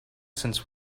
since